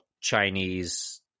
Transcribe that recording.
Chinese